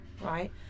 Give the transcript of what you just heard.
right